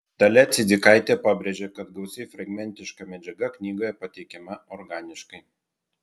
dalia cidzikaitė pabrėžė kad gausi fragmentiška medžiaga knygoje pateikiama organiškai